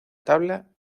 tabla